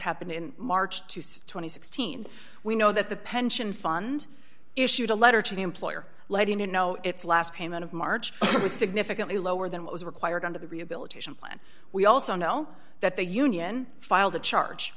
happened in march two thousand and sixteen we know that the pension fund issued a letter to the employer letting you know its last payment of march was significantly lower than what was required under the rehabilitation plan we also know that the union filed a charge